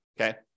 Okay